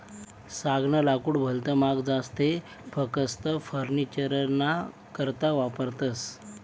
सागनं लाकूड भलत महाग जास ते फकस्त फर्निचरना करता वापरतस